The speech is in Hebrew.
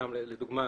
לדוגמא,